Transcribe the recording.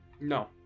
No